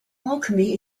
alchemy